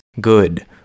good